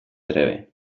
trebe